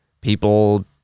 people